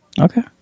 okay